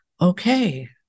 okay